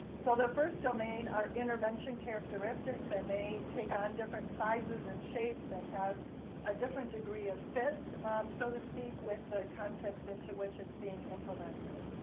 so the first domain are intervention characteristics that may take on different sizes and shapes and have a different degree of fit so to speak with the content into which it's being implemented.